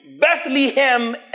Bethlehem